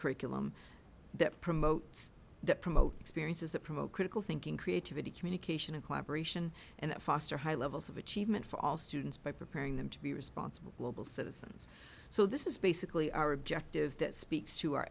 curriculum that promotes that promote experiences that promote critical thinking creativity communication and collaboration and foster high levels of achievement for all students by preparing them to be responsible local citizens so this is basically our objective that speaks to our